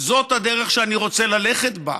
זאת הדרך שאני רוצה ללכת בה.